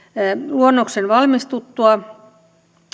luonnoksen valmistuttua